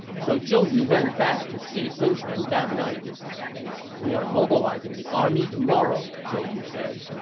so zhou yu went back to see sun quan that night we are mobilizing the army tomorrow, zhou yu said.